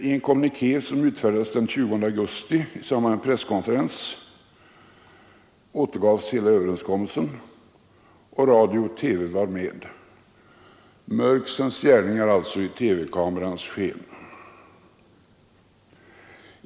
I en kommuniké som utfärdades den 20 april i samband med en presskonferens återgavs hela överenskommelsen, och radio och TV var med. Mörksens gärningar alltså i TV-kamerans sken!